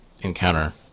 encounter